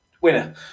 winner